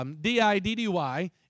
D-I-D-D-Y